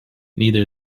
neither